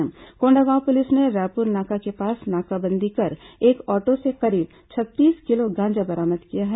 Kondagaon police ने रायपुर नाका के पास नाकाबंदी कर एक ऑटो से करीब छत्तीस किलो गांजा बरामद किया है